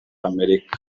amerika